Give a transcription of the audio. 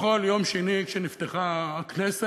בכל יום שני כשנפתחה הכנסת,